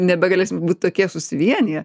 nebegalėsim būt tokie susivieniję